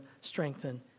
strengthen